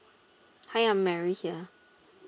hi I'm mary here